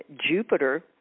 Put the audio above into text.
Jupiter